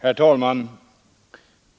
Fru talman!